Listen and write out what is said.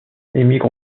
émigre